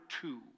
two